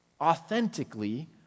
authentically